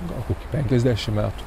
gal kokį penkiasdešimt metų